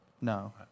No